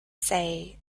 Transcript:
say